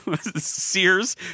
Sears